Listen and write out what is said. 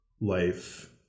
life